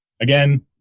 again